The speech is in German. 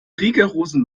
rigorosen